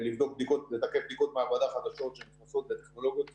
לתקף בדיקות מעבדה חדשות שנכנסות בטכנולוגיות חדשות.